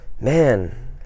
Man